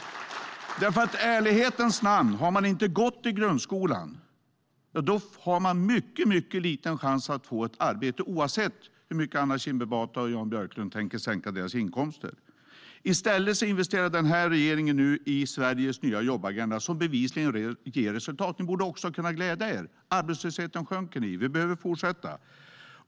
I ärlighetens namn om man inte har gått i grundskolan, då har man en mycket liten chans att få ett arbete, oavsett hur mycket Anna Kinberg Batra och Jan Björklund tänker att sänka deras inkomster. I stället investerar den här regeringen nu i Sveriges nya jobbagenda som bevisligen ger resultat. Det borde också kunna glädja er. Arbetslösheten sjunker ju. Vi behöver fortsätta.